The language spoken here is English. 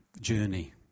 journey